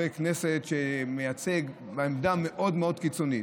כנסת שמייצג עמדה מאוד מאוד קיצונית.